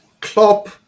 Klopp